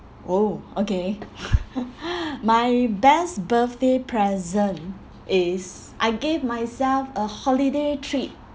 oh okay my best birthday present is I gave myself a holiday trip